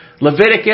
Leviticus